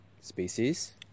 species